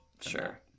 Sure